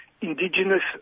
indigenous